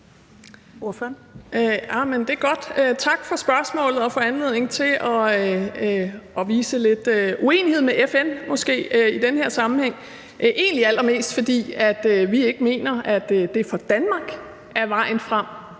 Det er godt. Tak for spørgsmålet og for anledningen til at vise lidt uenighed med FN måske i den her sammenhæng. Det er egentlig allermest, fordi vi ikke mener, at det for Danmark er vejen frem,